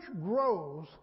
grows